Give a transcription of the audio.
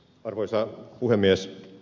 arvoisa puhemies